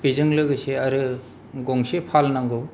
बेजों लोगोसे आरो गनसे फाल नांगौ